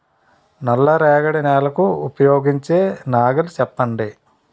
నల్ల రేగడి నెలకు ఉపయోగించే నాగలి చెప్పండి?